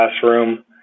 classroom